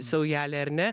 saujelę ar ne